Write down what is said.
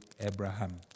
Abraham